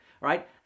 right